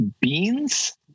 Beans